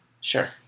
Sure